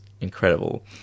incredible